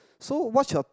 so what's your